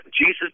Jesus